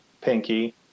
pinky